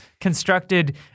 constructed